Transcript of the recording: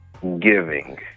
giving